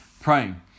praying